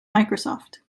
microsoft